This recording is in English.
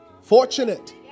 fortunate